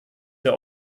der